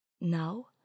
Now